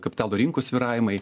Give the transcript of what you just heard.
kapitalo rinkų svyravimai